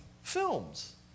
films